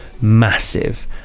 massive